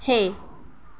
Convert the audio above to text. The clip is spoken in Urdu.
چھ